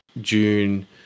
June